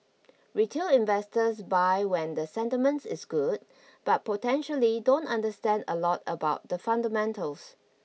retail investors buy when the sentiment is good but potentially don't understand a lot about the fundamentals